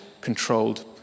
controlled